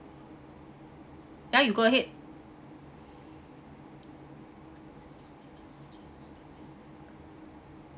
yeah you go ahead